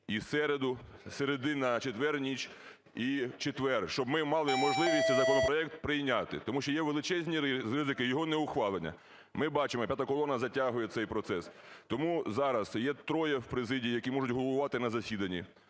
і середу, і з середи на четвер ніч, і четвер, щоб ми мали можливість цей законопроект прийняти, тому що є величезні ризики йогонеухвалення. Ми бачимо, "п'ята колона" затягує цей процес. Тому зараз є троє в президії, які можуть головувати на засіданні,